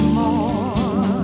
more